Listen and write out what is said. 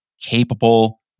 capable